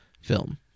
film